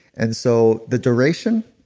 and so, the duration,